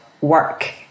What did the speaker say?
work